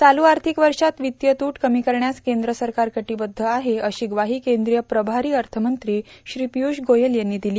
चालू आर्थिक वर्षात वित्तीय तूट कमी करण्यास केंद्र सरकार कटिबद्ध आहे अशी ग्वाही केंद्रीय प्रभारी अर्थमंत्री श्री पियुष गोयल यांनी दिली